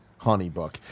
HoneyBook